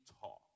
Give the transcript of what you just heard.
Talk